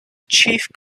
chief